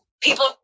people